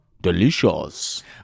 delicious